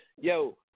yo